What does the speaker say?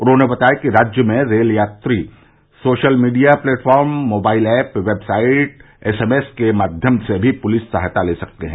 उन्होंने बताया कि राज्य में रेल यात्री social media platform mobile app website और एसएमएस के माध्यम से भी पुलिस सहायता ले सकते हैं